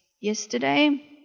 Yesterday